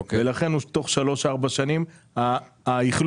לכן תוך שלוש-ארבע שנים האכלוס.